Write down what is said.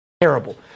terrible